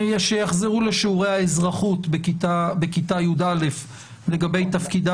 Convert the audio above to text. שיחזרו לשיעורי האזרחות בכיתה י"א לגבי תפקידה